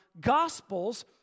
gospels